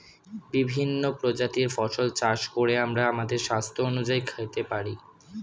বিভিন্ন প্রজাতির ফসল চাষ করে আমরা আমাদের স্বাস্থ্য অনুযায়ী খেতে পারি